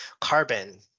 carbon